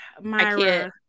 Myra